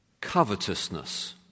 covetousness